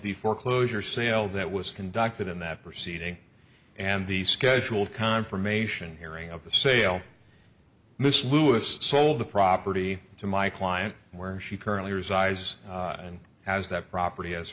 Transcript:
the foreclosure sale that was conducted in that proceeding and the scheduled confirmation hearing of the sale mrs lewis sold the property to my client where she currently resides and has that property as